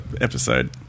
episode